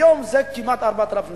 היום זה כמעט 4,000 שקלים,